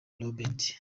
roberts